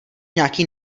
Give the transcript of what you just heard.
nějaký